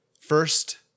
first